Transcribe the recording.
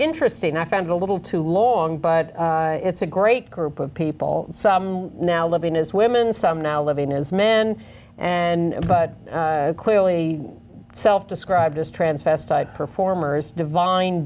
interesting i found a little too long but it's a great group of people now living as women some now living as men and but clearly self described as transvestite performers divine